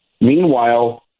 Meanwhile